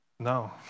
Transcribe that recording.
No